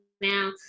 now